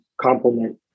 complement